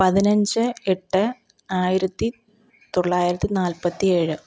പതിനഞ്ച് എട്ട് ആയിരത്തിത്തൊള്ളായിരത്തി നാൽപത്തിയേഴ്